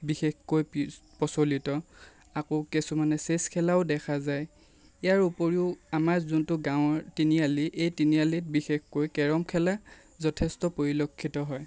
বিশেষভাৱে প্ৰচলিত আকৌ কিছুমানে ছেচ খেলাও দেখা যায় ইয়াৰ উপৰিও আমাৰ গাঁৱৰ যিটো তিনিআলি এই তিনিআলিত বিশেষকৈ কেৰম খেলাও যথেষ্ট পৰিলক্ষিত হয়